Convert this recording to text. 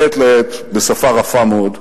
מעת לעת, בשפה רפה מאוד.